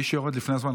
מי שיורד לפני הזמן,